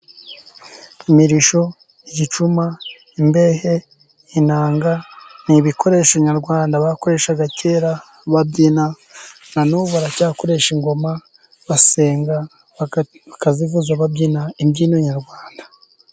Imirishyo, igicuma, imbehe, inanga ni ibikoresho nyarwanda bakoreshaga kera babyina, nanubu baracyakoresha ingoma basenga, bakazivuza babyina imbyino nyarwanda.